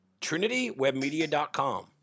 trinitywebmedia.com